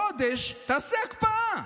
חודש תעשה הקפאה.